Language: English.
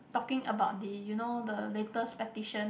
talking about the you know the latest petition